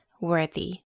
worthy